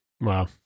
Wow